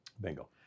Bingo